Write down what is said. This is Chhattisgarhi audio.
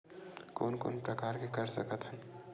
कोन कोन प्रकार के कर सकथ हन?